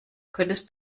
könntest